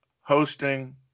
hosting